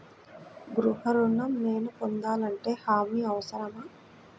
గృహ ఋణం నేను పొందాలంటే హామీ అవసరమా?